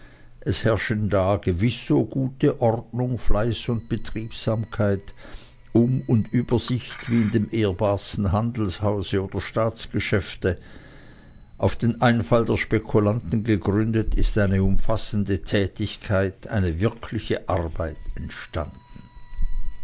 es herrschen da gewiß so gute ordnung fleiß und betriebsamkeit um und übersicht wie in dem ehrbarsten handelshause oder staatsgeschäfte auf den einfall des spekulanten gegründet ist eine umfassende tätigkeit eine wirkliche arbeit entstanden